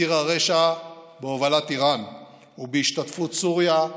ציר הרשע בהובלת איראן ובהשתתפות סוריה,